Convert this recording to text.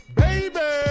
baby